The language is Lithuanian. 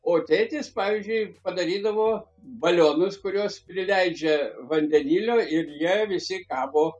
o tėtis pavyzdžiui padarydavo balionus kuriuos prileidžia vandenilio ir jie visi kabo